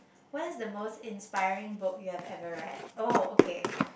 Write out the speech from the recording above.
what is the most inspiring book you have ever read oh okay